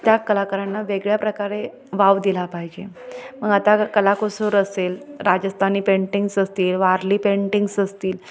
त्या कलाकारांना वेगळ्या प्रकारे वाव दिला पाहिजे मग आता कलाकुसर असेल राजस्थानी पेंटिंग्ज असतील वारली पेंटिंग्ज असतील